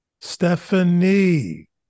Stephanie